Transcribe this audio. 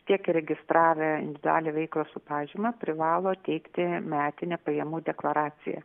tiek įregistravę individualią veiklą su pažyma privalo teikti metinę pajamų deklaraciją